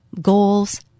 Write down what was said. goals